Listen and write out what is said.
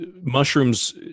mushrooms